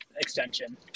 extension